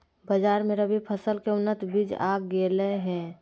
बाजार मे रबी फसल के उन्नत बीज आ गेलय हें